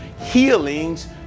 healings